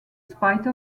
spite